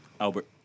Albert